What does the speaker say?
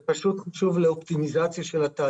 זה קשור לאופטימיזציה של התהליך שאתם עושים.